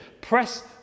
Press